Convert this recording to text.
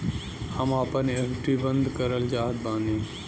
हम आपन एफ.डी बंद करल चाहत बानी